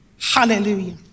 Hallelujah